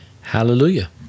Hallelujah